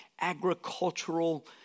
agricultural